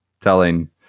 telling